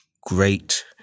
great